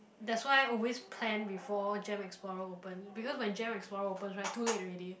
that's why always plan before gem explorer open because when gem explorer opens right too late already